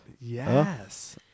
Yes